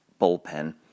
bullpen